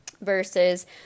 versus